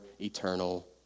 eternal